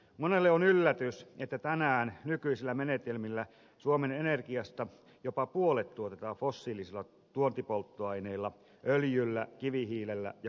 monelle on yllätys että tänään nykyisillä menetelmillä suomen energiasta jopa puolet tuotetaan fossiilisilla tuontipolttoaineilla öljyllä kivihiilellä ja maakaasulla